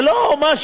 זה לא משהו,